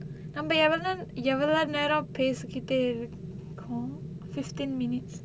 நம்ம எவ்வள எவ்வள நேரம் பேசிக்கிட்டே இருக்கம்:namma evvala evvala neram pesikkitta irukkom fifteen minutes